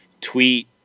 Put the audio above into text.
tweet